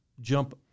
jump